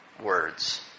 words